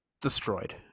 destroyed